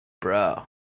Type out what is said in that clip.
bro